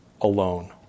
alone